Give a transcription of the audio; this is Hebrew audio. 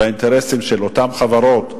וגם האינטרסים של אותן חברות נשמרו,